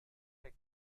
sein